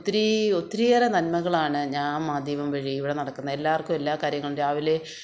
ഒത്തിരീ ഒത്തിരിയേറെ നന്മകളാണ് ഞാന് മാധ്യമം വഴി ഇവിടെ നടക്കുന്നെ എല്ലാവർക്കും എല്ലാ കാര്യങ്ങളും രാവിലെ